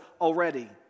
already